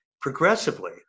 progressively